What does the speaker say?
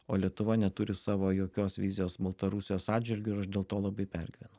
o lietuva neturi savo jokios vizijos baltarusijos atžvilgiu ir aš dėl to labai pergyvenu